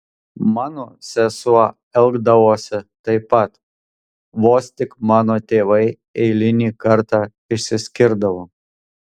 mano sesuo elgdavosi taip pat vos tik mano tėvai eilinį kartą išsiskirdavo